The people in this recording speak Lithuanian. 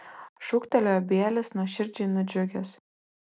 šūktelėjo bielis nuoširdžiai nudžiugęs